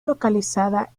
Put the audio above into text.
localizada